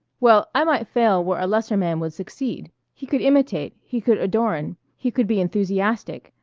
well, i might fail where a lesser man would succeed. he could imitate, he could adorn, he could be enthusiastic,